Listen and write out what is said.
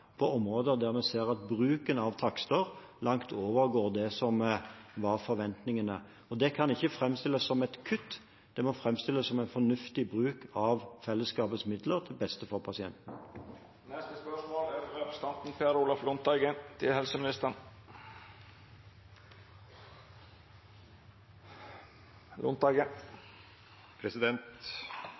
på områder der vi ser at bruken av takster langt overgår det som var forventningene. Og det kan ikke framstilles som et kutt; det må framstilles som en fornuftig bruk av fellesskapets midler til beste for